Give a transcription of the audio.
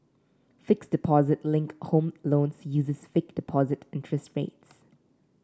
fixed deposit linked home loans uses fixed deposit interest rates